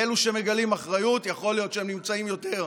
לאלו שמגלים אחריות, יכול להיות שהם נמצאים יותר,